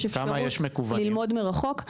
יש אפשרות ללמוד מרחוק --- כמה מקוונים יש?